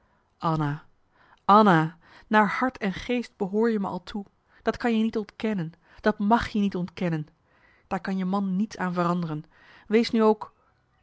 anna anna naar hart en geest behoor je me al toe dat kan je niet onkennen dat mag je niet ontkennen daar kan je man niets aan veranderen wees nu ook